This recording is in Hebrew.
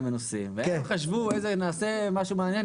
מנוסים והם חשבו שהם יעשו משהו מעניין,